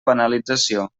banalització